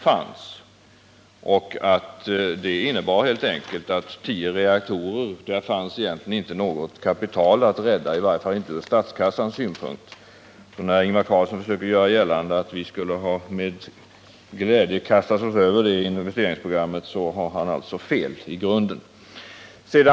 Från de tio reaktorer som då var under utbyggnad var det inte möjligt att rädda något kapital, i varje fall inte ur statskassans synpunkt. När Ingvar Carlsson försökte göra gällande att vi med glädje skulle ha kastat oss över det investeringsprogrammet har han alltså i grunden fel.